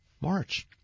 March